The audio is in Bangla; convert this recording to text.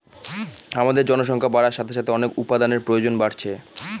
আমাদের জনসংখ্যা বাড়ার সাথে সাথে অনেক উপাদানের প্রয়োজন বাড়ছে